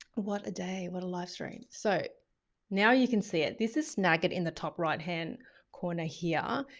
what a day, what a livestream. so now you can see it. this is snagit in the top right-hand corner here.